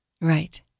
Right